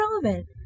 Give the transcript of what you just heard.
irrelevant